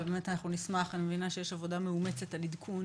אני מבינה שיש עבודה מאומצת על עדכון